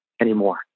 anymore